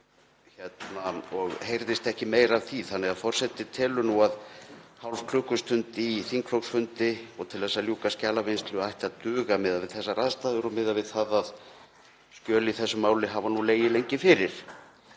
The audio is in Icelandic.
Heyrðist ekki meira af því þannig að forseti telur nú að hálf klukkustund í þingflokksfundi og til þess að ljúka skjalavinnslu ætti að duga miðað við þessar aðstæður og miðað við það að skjöl í þessu máli hafa legið lengi fyrir.